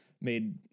made